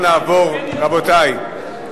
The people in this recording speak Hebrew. כן ירבו, כן ירבו חוקים כאלה.